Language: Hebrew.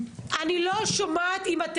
יש להם